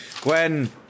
Gwen